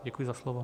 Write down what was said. Děkuji za slovo.